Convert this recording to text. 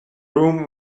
room